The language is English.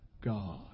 God